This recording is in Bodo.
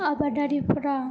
आबादारिफोरा